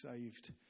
saved